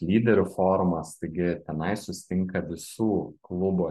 lyderių forumas taigi tenai susitinka visų klubo